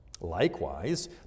Likewise